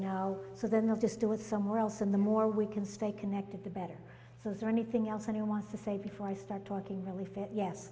no so then they'll just do it somewhere else and the more we can stay connected the better so is there anything else i want to say before i start talking really fit yes